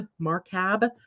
Markab